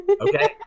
Okay